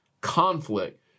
conflict